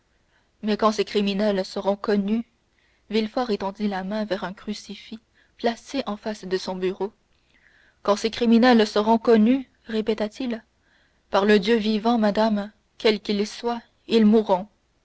mais quand ces criminels seront connus villefort étendit la main vers un crucifix placé en face de son bureau quand ces criminels seront connus répéta-t-il par le dieu vivant madame quels qu'ils soient ils mourront